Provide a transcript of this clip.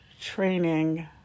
training